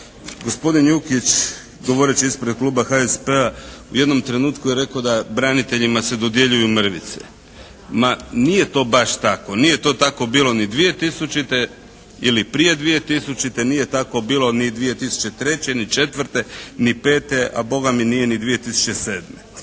Gospodin Jukić govoreći ispred Kluba HSP-a u jednom trenutku je rekao da braniteljima se dodjeljuju mrvice. Ma nije to baš tako, nije to tako bilo ni 2000. ili prije 2000., nije tako bilo ni 2003., ni četvrte, ni pete, a Boga mi nije ni 2007.